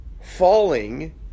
falling